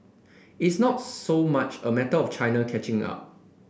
it's not so much a matter of China catching up